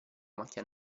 macchia